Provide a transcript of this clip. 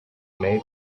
made